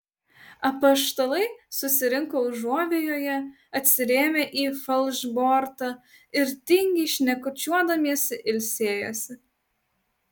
apaštalai susirinko užuovėjoje atsirėmę į falšbortą ir tingiai šnekučiuodamiesi ilsėjosi